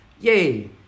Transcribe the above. Yay